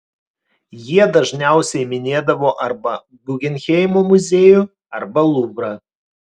jie dažniausiai minėdavo arba guggenheimo muziejų arba luvrą